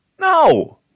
No